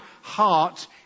heart